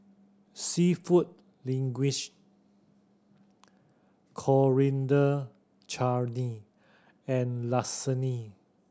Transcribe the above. Seafood Linguine Coriander Chutney and Lasagne